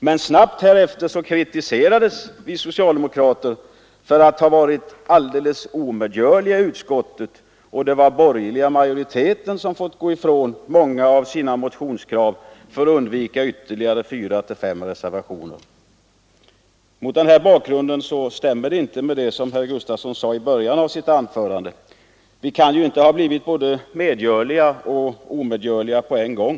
Men strax därefter kritiserades vi socialdemokrater för att vi skulle ha varit alldeles omedgörliga i utskottet, och det sades att den borgerliga majoriteten hade fått gå ifrån många av sina motionskrav för att undvika ett antal reservationer. Mot den bakgrunden stämmer inte det som herr Gustafson sade i början av sitt anförande: vi kan ju inte ha varit både medgörliga och omedgörliga på samma gång!